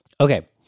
Okay